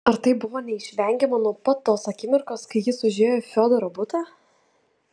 ar tai buvo neišvengiama nuo pat tos akimirkos kai jis užėjo į fiodoro butą